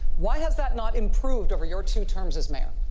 why has that not improved over your two terms as mayor?